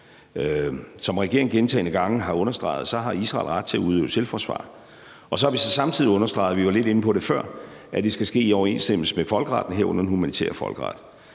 Som regeringen gentagne gange har understreget, har Israel ret til at udøve selvforsvar. Og så har vi så samtidig understreget – og vi var lidt inde på det før – at det skal ske i overensstemmelse med folkeretten, herunder den humanitære folkeret,